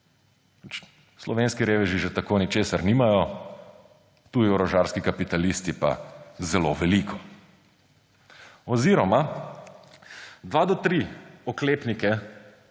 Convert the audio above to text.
Slovenski reveži že tako ničesar nimajo, tuji orožarski kapitalisti pa zelo veliko. Oziroma dva do tri oklepnike